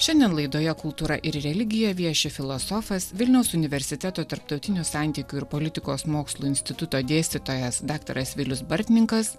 šiandien laidoje kultūra ir religija vieši filosofas vilniaus universiteto tarptautinių santykių ir politikos mokslų instituto dėstytojas daktaras vilius bartninkas